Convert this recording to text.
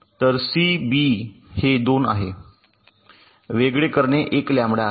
तर C B हे 2 आहे वेगळे करणे 1 लॅम्बडा आहे